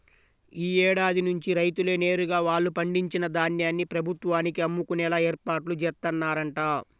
యీ ఏడాది నుంచి రైతులే నేరుగా వాళ్ళు పండించిన ధాన్యాన్ని ప్రభుత్వానికి అమ్ముకునేలా ఏర్పాట్లు జేత్తన్నరంట